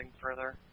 further